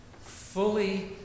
Fully